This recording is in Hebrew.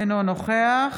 אינו נוכח